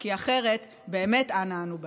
כי אחרת באמת אנה אנו באים.